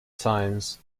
times